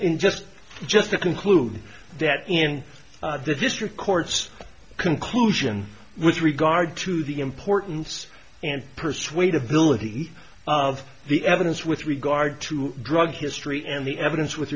in just just to conclude that in the district courts conclusion with regard to the importance and persuade ability of the evidence with regard to drug history and the evidence with